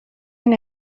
این